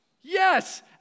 Yes